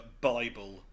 Bible